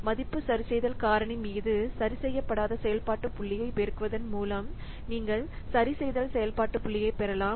மதிப்பு சரிசெய்தல் காரணி மீது சரிசெய்யப்படாத செயல்பாட்டு புள்ளியைப் பெருக்குவதன் மூலம் நீங்கள் சரிசெய்தல் செயல்பாட்டு புள்ளியைப் பெறலாம்